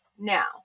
Now